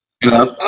Enough